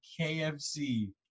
KFC